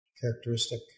characteristic